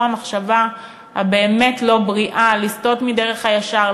המחשבה הבאמת לא בריאה לסטות מדרך הישר,